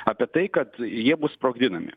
apie tai kad jie bus sprogdinami